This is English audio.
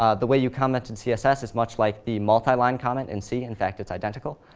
ah the way you comment in css is much like the multiline comment in c, in fact, it's identical.